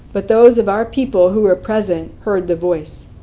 but those of our people who were present heard the voice.